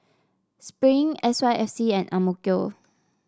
Spring S Y F C and AMK